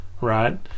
right